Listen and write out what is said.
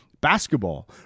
basketball